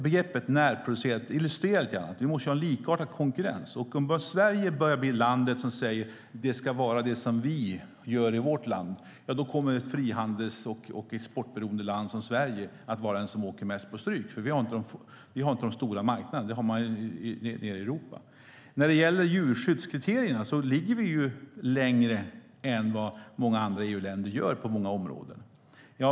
Begreppet "närproducerat" illustrerar lite grann att vi måste ha likartad konkurrens. Om Sverige börjar bli landet som säger "Det ska vara det som vi gör i vårt land", då kommer ett frihandels och exportberoende land som Sverige vara den som åker på stryk mest, för vi har inte de stora marknaderna, utan de finns nere i Europa. När det gäller djurskyddskriterierna ligger vi längre fram än många andra EU-länder på många områden.